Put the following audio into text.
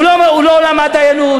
הוא לא למד דיינות,